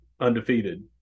undefeated